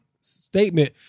statement